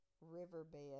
riverbed